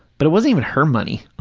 but it wasn't even her money.